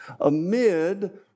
amid